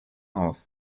auf